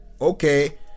okay